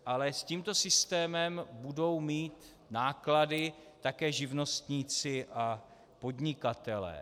Ale s tímto systémem budou mít náklady také živnostníci a podnikatelé.